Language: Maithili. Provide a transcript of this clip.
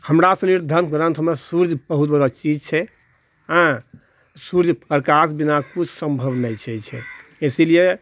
हमरासरी धर्मग्रन्थमे सूर्य बहुत बड़ा चीज छै सूर्य प्रकाश बिना किछु सम्भव नहि छै इसीलिए